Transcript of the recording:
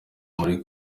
muri